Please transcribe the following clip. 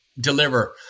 deliver